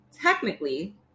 technically